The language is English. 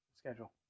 schedule